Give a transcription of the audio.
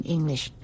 English